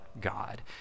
God